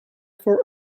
for